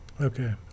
Okay